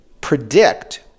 predict